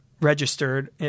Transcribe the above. registered